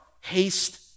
haste